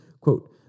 Quote